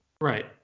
right